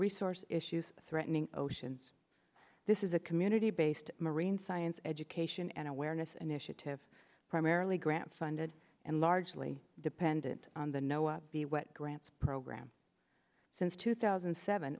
resource issues threatening oceans this is a community based marine science education and awareness an initiative primarily grants funded and largely dependent on the know what the what grants program since two thousand and seven